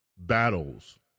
battles